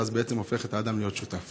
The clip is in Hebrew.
ואז בעצם זה הופך את האדם להיות שותף.